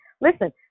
Listen